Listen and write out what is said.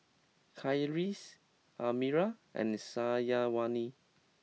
Khalish Amirah and Syazwani